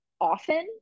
often